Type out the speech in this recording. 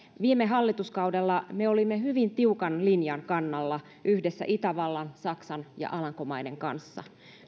viime hallituskaudella me olimme hyvin tiukan linjan kannalla yhdessä itävallan saksan ja alankomaiden kanssa